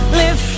live